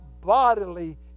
bodily